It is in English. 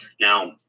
now